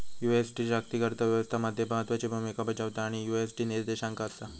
USD जागतिक अर्थ व्यवस्था मध्ये महत्त्वाची भूमिका बजावता आणि यु.एस.डी निर्देशांक असा